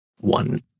one